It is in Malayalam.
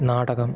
നാടകം